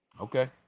Okay